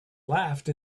laughed